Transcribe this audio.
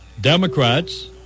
Democrats